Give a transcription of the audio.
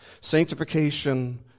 Sanctification